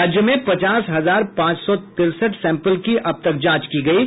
राज्य में पचास हजार पांच सौ तिरसठ सैंपल की अब तक जांच की गयी है